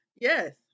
Yes